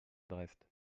dresde